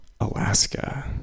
Alaska